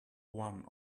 one